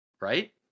right